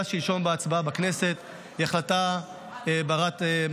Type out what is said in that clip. שלשום בהצבעה בכנסת היא החלטה רבת-משמעות.